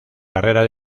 carrera